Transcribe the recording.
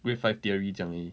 grade five theory 这样而已